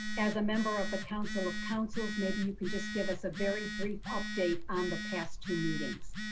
as a member of the council of councils, maybe you can just give us a very brief update on the past two meetings.